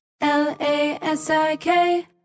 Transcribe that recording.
L-A-S-I-K